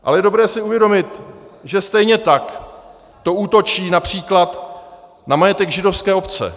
Ale je dobré si uvědomit, že stejně tak to útočí např. na majetek židovské obce.